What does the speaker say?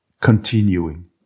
continuing